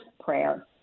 prayer